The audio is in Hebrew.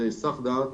זה היסח דעת,